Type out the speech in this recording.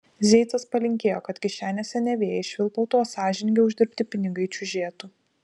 zeicas palinkėjo kad kišenėse ne vėjai švilpautų o sąžiningai uždirbti pinigai čiužėtų